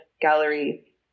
gallery